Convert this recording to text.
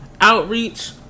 Outreach